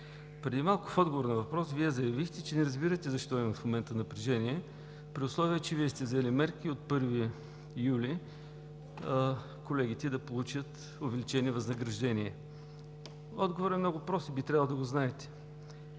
Преди малко в отговор на въпрос Вие заявихте, че не разбирате защо има в момента напрежение, при условие че Вие сте взели мерки от 1 юли колегите да получат увеличени възнаграждения. Отговорът е много прост и би трябвало да го знаете: